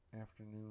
afternoon